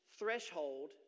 threshold